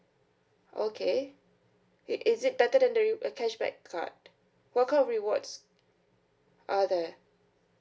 okay it is it better than the re~ uh cashback card what kind of rewards are there